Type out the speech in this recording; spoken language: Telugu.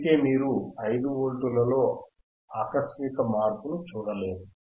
అందుకే మీరు 5 వోల్టులలో ఆకస్మిక మార్పును చూడలేరు